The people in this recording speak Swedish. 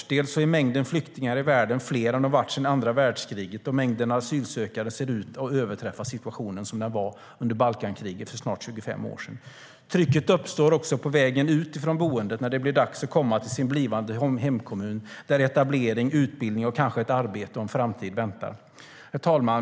Mängden flyktingar i världen är större nu än vad den har varit tidigare sedan andra världskriget, och mängden asylsökande ser ut att överträffa situationen under Balkankriget för snart 25 år sedan. Trycket uppstår också på vägen ut från boendet, när det blir dags att komma till sin blivande hemkommun, där etablering, utbildning och kanske ett arbete och en framtid väntar. Herr talman!